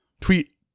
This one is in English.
Tweet